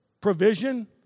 provision